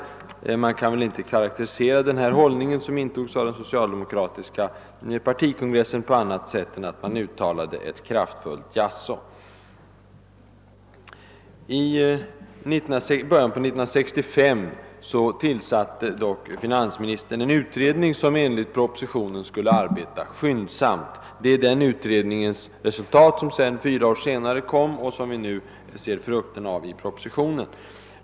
Man kan väl inte karaktärisera den här hållningen som intogs av den socialdemokratiska partikongressen på annat sätt än att kongressen uttalade ett kraftfullt jaså. I början av år 1965 tillsatte dock finansministern en utredning som enligt propositionen skulle arbeta skyndsamt. Det är denna utrednings resultat som lades fram fyra år senare och som vi nu ser frukterna av i propositionen.